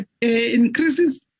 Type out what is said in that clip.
increases